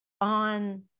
on